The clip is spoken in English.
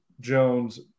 Jones